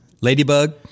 Ladybug